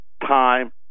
time